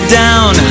down